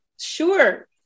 Sure